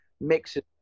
mixes